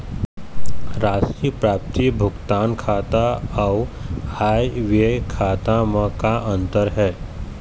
राशि प्राप्ति भुगतान खाता अऊ आय व्यय खाते म का अंतर हे?